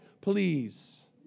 please